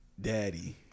Daddy